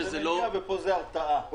שם זה מניעה ופה זה הרתעה.